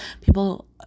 people